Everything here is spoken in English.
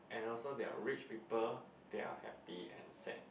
and also there are rich people that are happy and sad